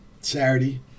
Saturday